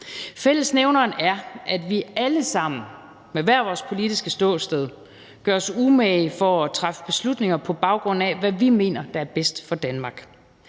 Fællesnævneren er, at vi alle sammen fra hvert vores politiske ståsted gør os umage for at træffe beslutninger, på baggrund af hvad vi mener er bedst for Danmark.